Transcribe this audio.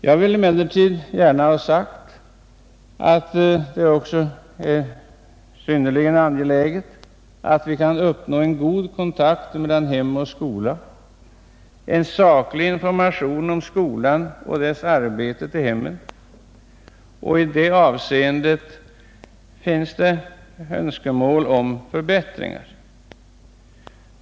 Jag vill emellertid gärna ha sagt att det också är synnerligen angeläget att vi kan uppnå en god kontakt mellan hem och skola och få till stånd en saklig information till hemmen om skolan och dess arbete. I det avseendet finns det önskemål om förbättringar.